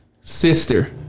sister